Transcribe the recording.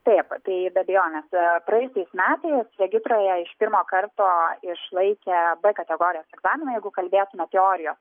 taip tai be abejonės praėjusiais metais regitroje iš pirmo karto išlaikė b kategorijos egzaminą jeigu kalbėtume teorijos